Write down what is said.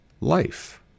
life